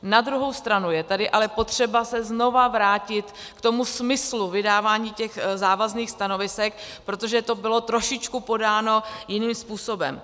Na druhou stranu je tady ale potřeba se znovu vrátit ke smyslu vydávání závazných stanovisek, protože to bylo trošičku podáno jiným způsobem.